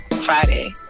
Friday